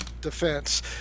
defense